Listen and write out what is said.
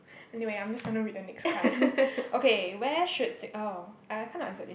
anyway I'm just gonna read the next card okay where should Sing~ oh I kinda answered this